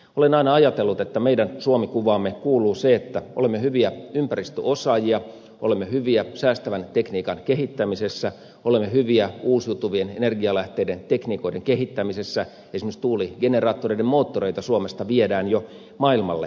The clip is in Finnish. olen aina ajatellut että meidän suomi kuvaamme kuuluu se että olemme hyviä ympäristöosaajia olemme hyviä säästävän tekniikan kehittämisessä olemme hyviä uusiutuvien energianlähteiden tekniikoiden kehittämisessä esimerkiksi tuuligeneraattoreiden moottoreita suomesta viedään jo maailmalle